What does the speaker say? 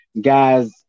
guys